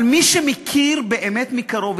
אבל מי שמכיר באמת מקרוב,